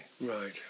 Right